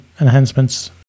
enhancements